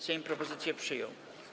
Sejm propozycję przyjął.